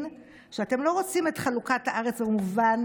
שאתם לא רוצים את חלוקת הארץ במובן